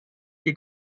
que